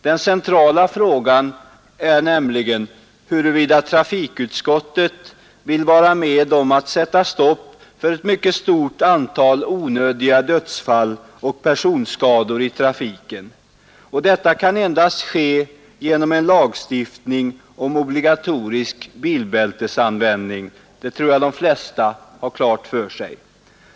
Den centrala frågan är huruvida trafikutskottet vill vara med om att sätta stopp för ett mycket stort antal onödiga dödsfall och personskador i trafiken. Detta kan endast ske genom en lagstiftning om obligatorisk bilbältesanvändning. Det tror jag de flesta har klart för sig.